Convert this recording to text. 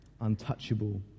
untouchable